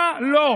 כמה עוד תשקר?